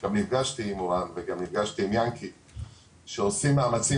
גם נפגשתי עם מורן וגם נפגשתי עם יענקי שעושים מאמצים,